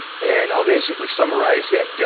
and i'll basically summarize that.